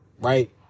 right